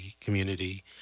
community